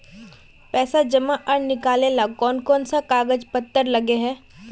पैसा जमा आर निकाले ला कोन कोन सा कागज पत्र लगे है?